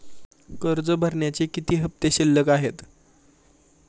कर्ज भरण्याचे किती हफ्ते शिल्लक आहेत?